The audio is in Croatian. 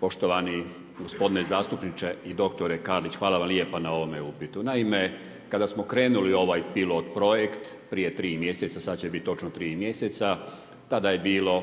poštovani gospodine zastupniče i doktore Karlić hvala vam lijepa na ovome upitu. Naime, kada smo krenuli u ovaj pilot projekt prije tri mjeseca sad će biti točno tri mjeseca tada je bilo